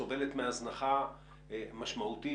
סובלת מהזנחה משמעותית,